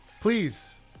Please